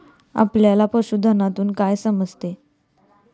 आपल्याला पशुधनातून काय समजते?